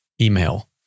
email